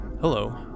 Hello